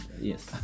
Yes